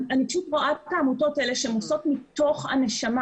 אני פשוט רואה את העמותות האלה שהן עושות מתוך הנשמה,